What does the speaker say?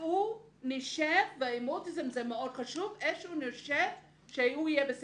היכן שהוא יהיה.